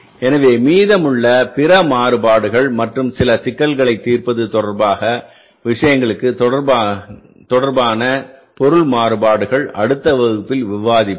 எனவேமீதமுள்ள பிற மாறுபாடுகள் மற்றும் சில சிக்கல்களைத் தீர்ப்பது தொடர்பாகவிஷயங்களுக்குதொடர்பான பொருள் மாறுபாடுகள் அடுத்த வகுப்பில் விவாதிப்பேன்